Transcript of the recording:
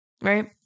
right